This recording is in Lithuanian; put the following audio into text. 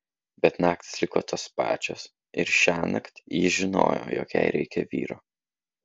bet naktys liko tos pačios ir šiąnakt ji žinojo jog jai reikia vyro